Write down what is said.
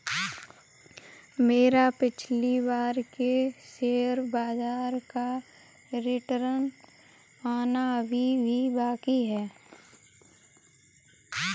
मेरा पिछली बार के शेयर बाजार का रिटर्न आना अभी भी बाकी है